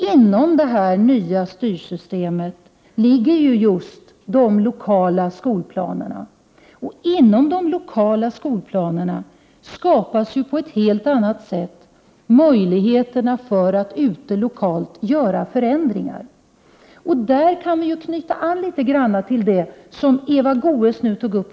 Inom det nya styrsystemet ligger just de lokala skolplanerna, och genom de lokala skolplanerna skapas på ett helt annat sätt möjligheter att åstadkomma förändringar lokalt. Där kan jag något knyta an till det som Eva Goés tog upp.